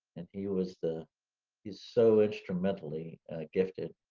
and he was the he's so instrumentally gifted.